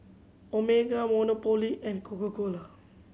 Omega Monopoly and Coca Cola